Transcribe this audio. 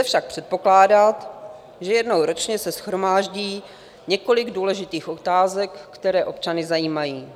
Lze však předpokládat, že jednou ročně se shromáždí několik důležitých otázek, které občany zajímají.